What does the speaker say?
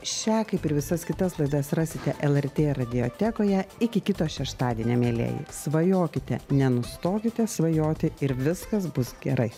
šią kaip ir visas kitas laidas rasite lrt radiotekoje iki kito šeštadienio mielieji svajokite nenustokite svajoti ir viskas bus gerai